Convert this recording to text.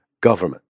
government